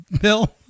Bill